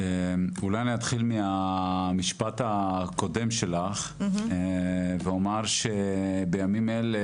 אולי אני אתחיל מהמשפט הקודם שלך ואומר שבימים אלה,